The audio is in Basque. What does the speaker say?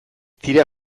dira